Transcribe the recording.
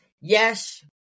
Yes